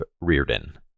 Reardon